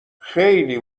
خیلی